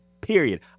period